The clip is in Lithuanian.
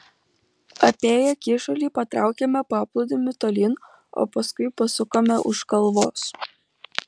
apėję kyšulį patraukėme paplūdimiu tolyn o paskui pasukome už kalvos